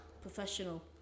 professional